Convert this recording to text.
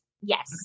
Yes